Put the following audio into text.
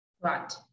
Right